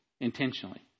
intentionally